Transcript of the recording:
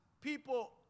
people